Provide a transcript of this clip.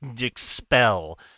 expel